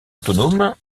autonome